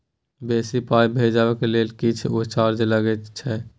बेसी पाई भेजबाक लेल किछ चार्जो लागे छै?